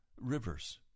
rivers